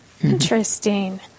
Interesting